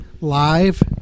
live